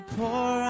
pour